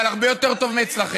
אבל הרבה יותר טוב מאצלכם.